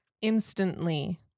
instantly